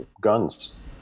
guns